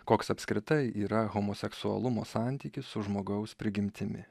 koks apskritai yra homoseksualumo santykis su žmogaus prigimtimi